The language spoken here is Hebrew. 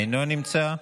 אינו נמצא.